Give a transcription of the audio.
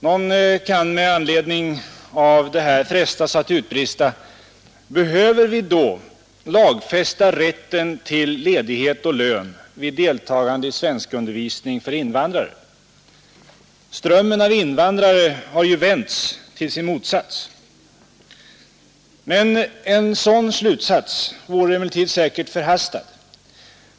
Någon kan med anledning av detta frestas att utbrista: Behöver vi då lagfästa rätten till ledighet och lön vid deltagande i svenskundervisning för invandrare? Strömmen av invandrare har ju vänts till sin motsats! En sådan slutsats vore emellertid säkert förhastad.